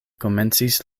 komencis